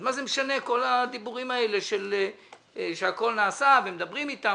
אז מה זה משנה כל הדיבורים האלה שהכול נעשה ומדברים איתם?